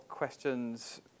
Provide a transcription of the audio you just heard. questions